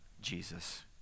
Jesus